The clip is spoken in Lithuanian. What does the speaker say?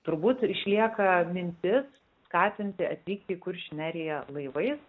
turbūt išlieka mintis skatinti atvykti į kuršių neriją laivais